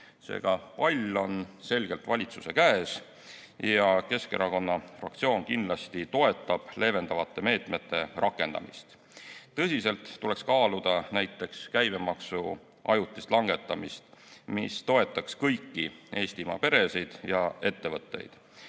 Seega on pall selgelt valitsuse käes ja Keskerakonna fraktsioon kindlasti toetab leevendavate meetmete rakendamist. Tõsiselt tuleks kaaluda näiteks käibemaksu ajutist langetamist, mis toetaks kõiki Eestimaa peresid ja ettevõtteid.